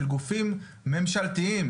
של גופים ממשלתיים.